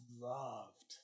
loved